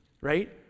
Right